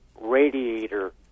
radiator